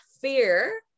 fear